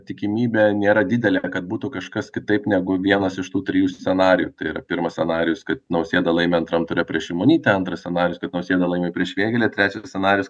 tikimybė nėra didelė kad būtų kažkas kitaip negu vienas iš tų trijų scenarijų tai yra pirmas scenarijus kad nausėda laimi antram ture prieš šimonytę antras scenarijus kad nausėda laimi prieš vėgėlę trečias scenarijus